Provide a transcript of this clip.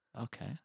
Okay